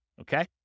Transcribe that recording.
Okay